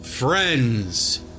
Friends